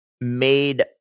made